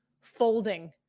folding